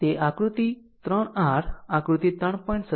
તે આકૃતિ 3 r આકૃતિ 3